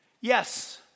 Yes